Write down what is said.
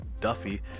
Duffy